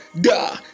da